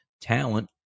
talent